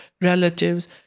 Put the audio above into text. relatives